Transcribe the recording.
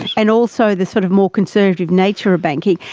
and also the sort of more conservative nature of banking,